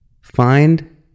find